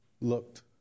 looked